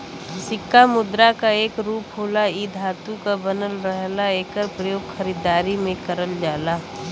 सिक्का मुद्रा क एक रूप होला इ धातु क बनल रहला एकर प्रयोग खरीदारी में करल जाला